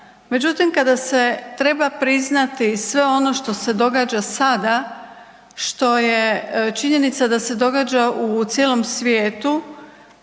Međutim kada se treba priznati sve ono što se događa sada, što je činjenica da se događa u cijelom svijetu